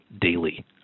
daily